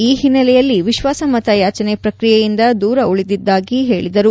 ಈ ಹಿನ್ನೆಲೆಯಲ್ಲಿ ವಿಶ್ವಾಸಮತಯಾಚನೆ ಪ್ರಕ್ರಿಯೆಯಿಂದ ದೂರ ಉಳಿದಿದ್ದಾಗಿ ಹೇಳಿದರು